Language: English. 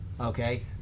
Okay